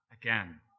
again